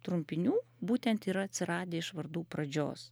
trumpinių būtent yra atsiradę iš vardų pradžios